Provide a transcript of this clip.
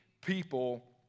people